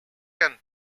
can